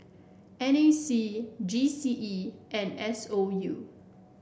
N A C G C E and S O U